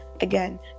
again